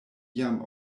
jam